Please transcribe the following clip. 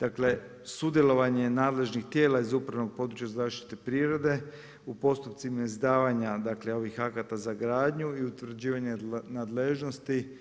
dakle sudjelovanje nadležnih tijela iz upravnog područja zaštite prirode u postupcima izdavanja dakle, ovih akata za gradnju i utvrđivanje nadležnosti.